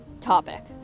topic